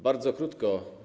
Bardzo krótko.